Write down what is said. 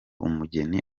umugeni